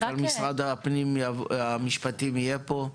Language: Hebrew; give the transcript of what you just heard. מנכ"ל משרד המשפטים יהיה פה,